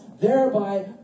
thereby